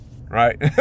Right